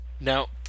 Now